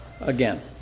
again